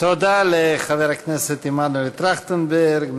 תודה לחבר הכנסת מנואל טרכטנברג.